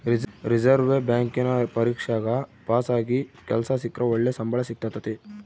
reserve ಬ್ಯಾಂಕಿನ ಪರೀಕ್ಷೆಗ ಪಾಸಾಗಿ ಕೆಲ್ಸ ಸಿಕ್ರ ಒಳ್ಳೆ ಸಂಬಳ ಸಿಕ್ತತತೆ